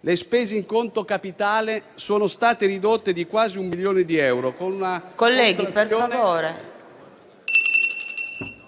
le spese in conto capitale sono state ridotte di quasi un milione di euro